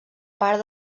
part